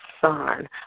son